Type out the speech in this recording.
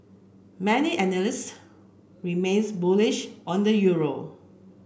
many analysts remain bullish on the euro